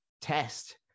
test